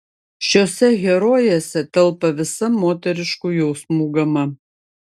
šiose herojėse telpa visa moteriškų jausmų gama